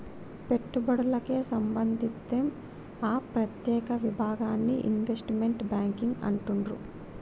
పెట్టుబడులకే సంబంధిత్తే ఆ ప్రత్యేక విభాగాన్ని ఇన్వెస్ట్మెంట్ బ్యేంకింగ్ అంటుండ్రు